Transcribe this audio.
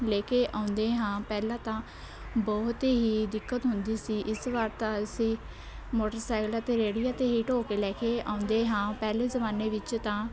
ਲੈ ਕੇ ਆਉਂਦੇ ਹਾਂ ਪਹਿਲਾਂ ਤਾਂ ਬਹੁਤ ਹੀ ਦਿੱਕਤ ਹੁੰਦੀ ਸੀ ਇਸ ਵਾਰ ਤਾਂ ਅਸੀਂ ਮੋਟਰਸਾਈਕਲ ਅਤੇ ਰੇਹੜੀਆਂ 'ਤੇ ਹੀ ਢੋਹ ਕੇ ਲੈ ਕੇ ਆਉਂਦੇ ਹਾਂ ਪਹਿਲੇ ਜਮਾਨੇ ਵਿੱਚ ਤਾਂ